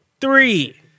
three